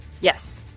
Yes